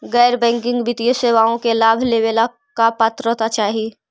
गैर बैंकिंग वित्तीय सेवाओं के लाभ लेवेला का पात्रता चाही?